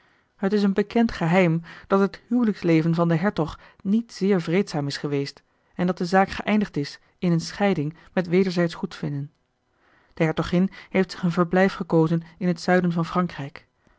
het is een bekend geheim dat het huwelijksleven van den hertog niet zeer vreedzaam is geweest en dat de zaak geëindigd is in een scheiding met wederzijdsch goedvinden de hertogin heeft zich een verblijf gekozen in het zuiden van frankrijk